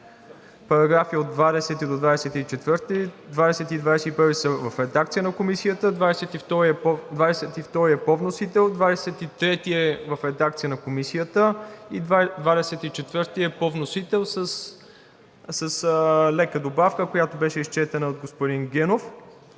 параграфи 20 и 21 са в редакция на Комисията; § 22 е по вносител; § 23 е в редакция на Комисията; и § 24 е по вносител с лека добавка, която беше изчетена от господин Генов.